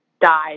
died